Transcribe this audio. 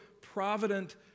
provident